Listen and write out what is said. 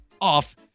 off